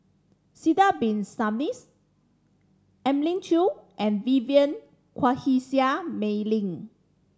Sidek Bin Saniffs Elim Chew and Vivien Quahe Seah Mei Lin